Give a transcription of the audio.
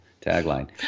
tagline